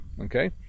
okay